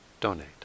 donate